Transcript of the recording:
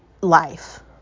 life